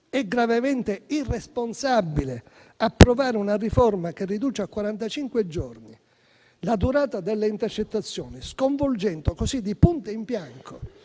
È gravemente irresponsabile approvare una riforma che riduce a quarantacinque giorni la durata delle intercettazioni, sconvolgendo così, di punto in bianco,